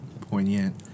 poignant